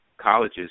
colleges